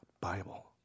Bible